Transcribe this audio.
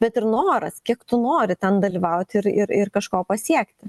bet ir noras kiek tu nori ten dalyvauti ir ir ir kažko pasiekti